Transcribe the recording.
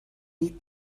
dir